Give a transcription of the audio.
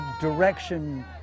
direction